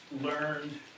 learned